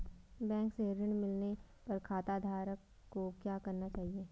Bank से ऋण मिलने पर खाताधारक को क्या करना चाहिए?